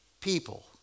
People